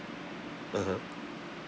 (uh huh)